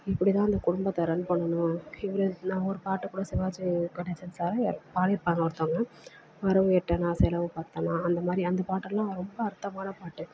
இப்படி தான் அந்த குடும்பத்தை ரன் பண்ணணும் நான் ஒரு பாட்டு கூட சிவாஜி கணேஷன் சாரு பாடிருப்பாங்க ஒருத்தவங்க வரவு எட்டனா செலவு பத்தனா அந்த மாதிரி அந்த பாட்டுலாம் ரொம்ப அர்த்தமான பாட்டு